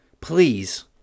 please